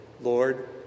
Lord